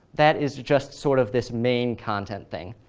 that is just sort of this main-content thing.